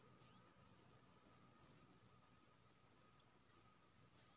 गेहूं के खेती में कम खर्च में उपजा बेसी केना होय है?